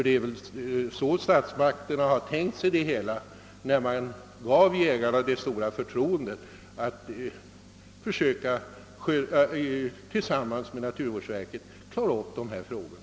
Det är så statsmakterna har tänkt sig det hela, när man gav jägarna det stora förtroendet att tillsammans med naturvårdsverket handha jaktvårdsfrågorna.